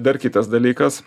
dar kitas dalykas